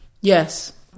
Yes